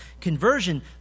conversion